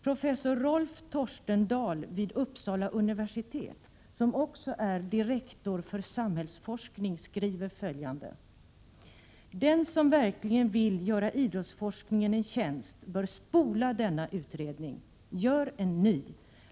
Professor Rolf Torstendahl vid Uppsala universitet, som också är direktor för samhällsforskning, skriver följande: ”Den som verkligen vill göra idrottsforskningen en tjänst bör spola denna utredning. Gör en ny!